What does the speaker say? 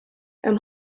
hemm